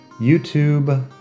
YouTube